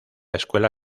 escuela